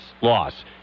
loss